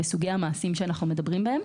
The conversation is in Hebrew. בסוגי המעשים שאנחנו מדברים בהם.